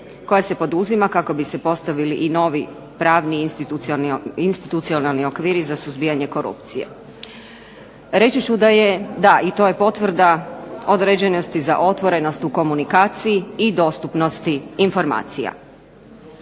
koja se poduzima kako bi se postavili i novi pravni i institucionalni okviri za suzbijanje korupcije. Reći ću da je, da i to je potvrda određenosti za otvorenost u komunikaciji i dostupnosti informacija.